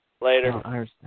Later